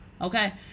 okay